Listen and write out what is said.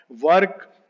work